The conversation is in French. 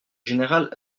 général